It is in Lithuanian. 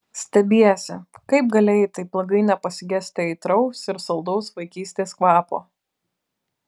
stebiesi kaip galėjai taip ilgai nepasigesti aitraus ir saldaus vaikystės kvapo